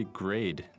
grade